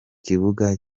kibuga